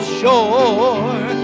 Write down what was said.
shore